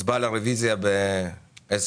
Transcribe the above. הצבעה על הרביזיה ב-10:42.